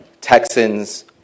Texans